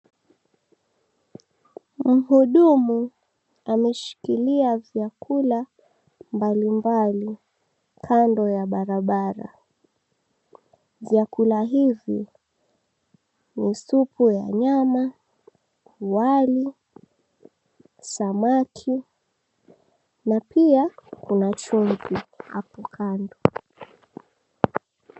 Mhudumu ameshikilia vyakula mbalimbali kando ya barabara. Vyakula hivi ni supu ya nyama, wali, samaki na pia kuna chumvi hapo kando.